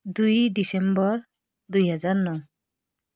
दुई दिसम्बर दुई हजार नौ